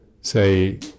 say